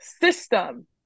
system